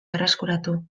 berreskuratu